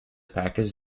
package